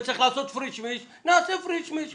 וצריך לעשות Frish mish נעשה Frish mish .